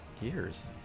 years